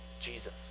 Jesus